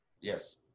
Yes